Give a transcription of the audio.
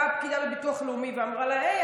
באה הפקידה בביטוח לאומי ואמרה לה: הי,